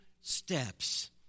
steps